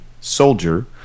soldier